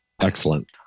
Excellent